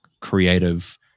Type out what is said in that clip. creative